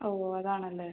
ഓ അതാണല്ലേ